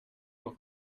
auch